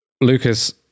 Lucas